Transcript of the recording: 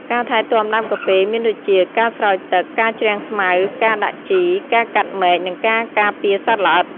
ការថែទាំដើមកាហ្វេមានដូចជា ការស្រោចទឹក ការជ្រំងស្មៅ ការដាក់ជី ការកាត់មែក និងការការពារសត្វល្អិត។